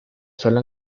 solo